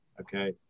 okay